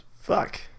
fuck